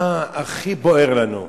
מה הכי בוער לנו.